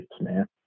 man